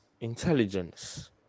intelligence